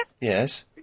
Yes